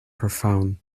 profound